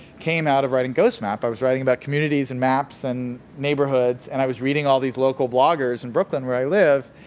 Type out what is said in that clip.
came out of writing ghost map. i was writing about communities and maps and neighborhoods and i was reading all these local bloggers in brooklyn where i live.